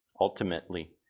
ultimately